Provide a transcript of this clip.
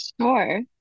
Sure